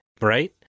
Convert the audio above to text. Right